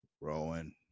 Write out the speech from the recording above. Rowan